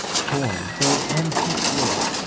torn, though of antique worth,